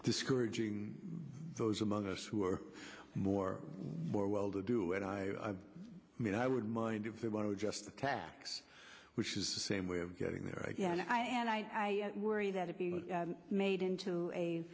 discouraging those among us who are more more well to do it i mean i wouldn't mind if they want to adjust the tax which is the same way of getting there again i and i worry that a being made into a